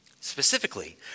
Specifically